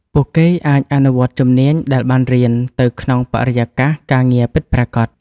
ពួកគេអាចអនុវត្តជំនាញដែលបានរៀនទៅក្នុងបរិយាកាសការងារពិតប្រាកដ។